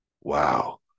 Wow